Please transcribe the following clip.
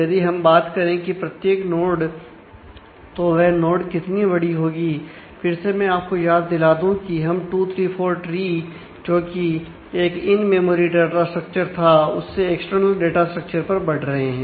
यदि फाइल में सर्च की वैल्यू पर बढ़ रहे हैं